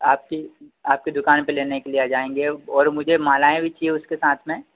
आपकी आपकी दुकान पर लेने के लिए आ जाएंगे और मुझे मालाएं भी चाहिए उसके साथ में